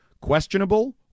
questionable